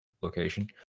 location